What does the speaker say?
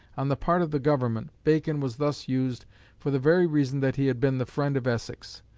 on the part of the government, bacon was thus used for the very reason that he had been the friend of essex.